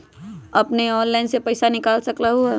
अपने ऑनलाइन से पईसा निकाल सकलहु ह?